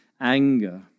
anger